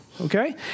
Okay